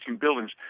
buildings